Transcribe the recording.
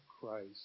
Christ